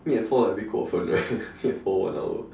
meet at four like a bit 过分 right meet at four one hour